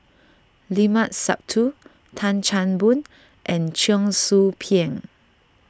Limat Sabtu Tan Chan Boon and Cheong Soo Pieng